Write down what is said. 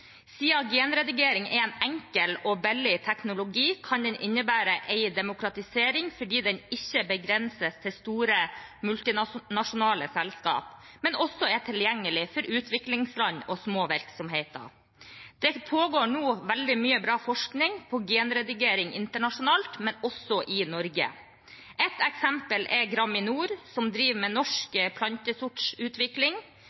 genredigering er en enkel og billig teknologi, kan den innebære en demokratisering, fordi den ikke er begrenset til store multinasjonale selskaper, men også er tilgjengelig for utviklingsland og små virksomheter. Det pågår nå veldig mye bra forskning på genredigering – internasjonalt, men også i Norge. Et eksempel er Graminor, som driver med